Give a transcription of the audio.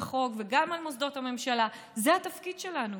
כי זה מה שהם רואים בעשור האחרון ולמעלה מכך מהצד הזה של משכן הבית.